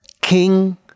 King